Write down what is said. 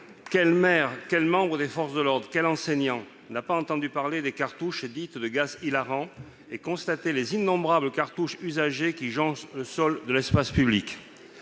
quel maire, quel membre des forces de l'ordre, quel enseignant n'a pas entendu parler des cartouches dites « de gaz hilarant » et constaté les innombrables cartouches usagées qui jonchent le sol de l'espace public ?